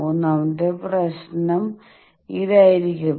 മൂന്നാമത്തെ പ്രശ്നം ഇതായിരിക്കും